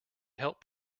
help